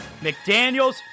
McDaniels